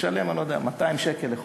משלם 200 שקלים לחודש,